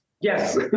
Yes